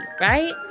right